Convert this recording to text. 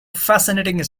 fascinating